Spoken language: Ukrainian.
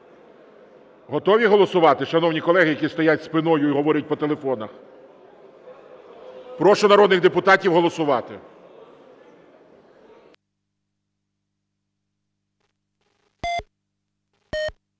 Готові голосувати, шановні колеги, які стоять спиною і говорять по телефонах? Прошу народних депутатів голосувати.